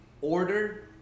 order